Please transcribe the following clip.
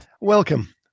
Welcome